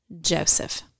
Joseph